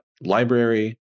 library